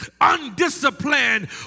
undisciplined